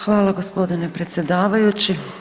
Hvala gospodine predsjedavajući.